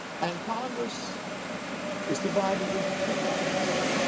and congress is divided into two parts